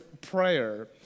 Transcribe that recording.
Prayer